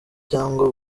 cyangwa